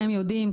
כולכם יודעים,